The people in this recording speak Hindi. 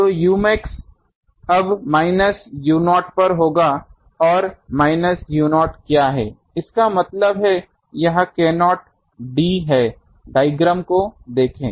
तो umax अब माइनस u0 पर होगा और माइनस u0 क्या है इसका मतलब यह k0 d है डाइग्राम को देखें